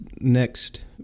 next